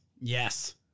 Yes